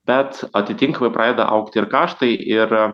bet atitinkamai pradeda augti ir karštai ir